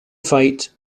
fight